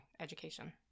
education